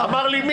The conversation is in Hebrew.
אמר לי,